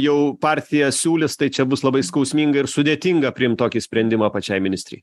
jau partija siūlys tai čia bus labai skausminga ir sudėtinga priimt tokį sprendimą pačiai ministrei